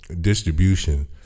distribution